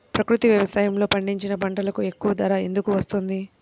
ప్రకృతి వ్యవసాయములో పండించిన పంటలకు ఎక్కువ ధర ఎందుకు వస్తుంది?